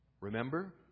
Remember